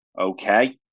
okay